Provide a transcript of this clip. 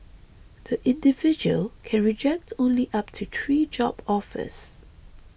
the individual can reject only up to three job offers